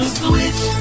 switch